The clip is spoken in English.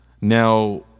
Now